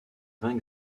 vint